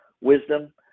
wisdom